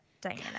Diana